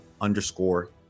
underscore